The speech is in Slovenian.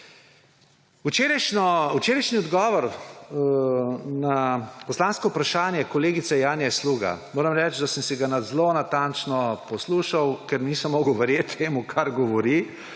Včerajšnji odgovor na poslansko vprašanje kolegice Janja Sluga, moram reči, da sem ga zelo natančno poslušal. Ker nisem mogel verjeti temu, kar govori,